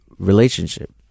relationship